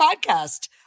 podcast